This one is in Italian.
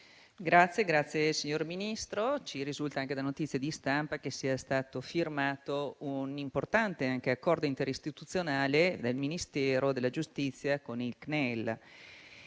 Presidente, signor Ministro, ci risulta anche da notizie di stampa che sia stato firmato un importante accordo interistituzionale dal Ministero della giustizia e dal